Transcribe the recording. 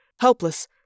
helpless